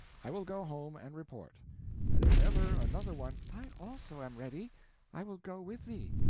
i will go home and report and if ever another one i also am ready i will go with thee.